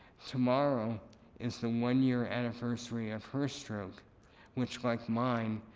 tomorrow is the one-year anniversary of her stroke which, like mine,